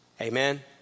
Amen